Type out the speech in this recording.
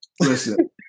Listen